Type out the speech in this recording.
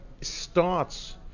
starts